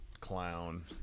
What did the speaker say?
clown